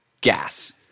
gas